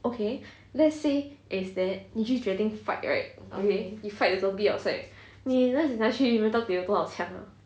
okay let's say is that 你去决定 fight right okay you fight the zombie outside 你 realise actually 你轮到别人多少枪吗